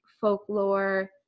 folklore